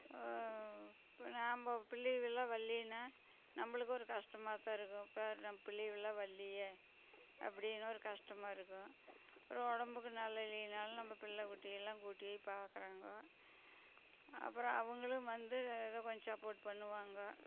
இப்போ நாம் பிள்ளைகெலாம் வர்லைன்னா நம்மளுக்கும் ஒரு கஷ்டமாக தான் இருக்கும் பார் நம்ம பிள்ளைகெலாம் வர்லையே அப்படின்னு ஒரு கஷ்டமாக இருக்கும் அப்புறம் உடம்புக்கு நல்லா இல்லைன்னாலும் நம்ம பிள்ளை குட்டிகளெலாம் கூட்டி பார்க்கறாங்கோ அப்புறம் அவங்களும் வந்து ஏதோ கொஞ்சம் சப்போர்ட் பண்ணுவாங்க